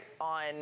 on